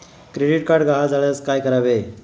Credit card गहाळ झाल्यास काय करावे?